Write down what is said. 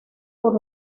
por